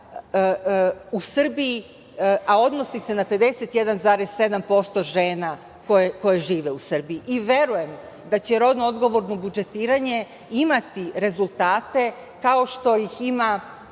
Srbiji, a odnosi se 51,7% žena koje žive u Srbiji. Verujem da će rodno odgovorno budžetiranje imati rezultate kao što ih ima